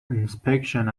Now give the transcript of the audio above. inspection